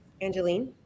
Angeline